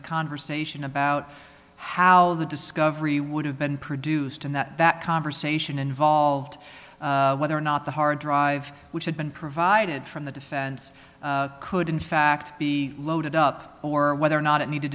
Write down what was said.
a conversation about how the discovery would have been produced and that that conversation involved whether or not the hard drive which had been provided from the defense could in fact be loaded up or whether or not it needed